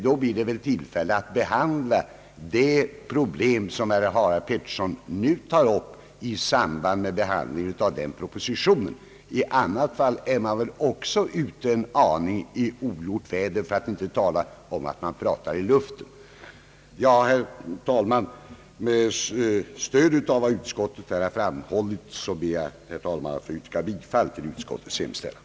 Det blir väl tillfälle att behandla de problem, som herr Pettersson nu tar upp, i samband med behandlingen av denna proposition. I annat fall är man väl också i viss mån ute i ogjort väder — för att inte säga att man pratar i luften. Herr talman! Med stöd av vad utskottet här har framhållit ber jag att få yrka bifall till utskottets hemställan.